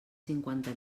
cinquanta